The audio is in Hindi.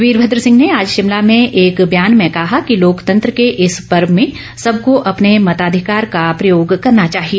वीरमद्र सिंह ने आज शिमला में एक बयान में कहा कि लोकतंत्र के इस पर्व में सबको अपने मताधिकार का प्रयाग करना चाहिए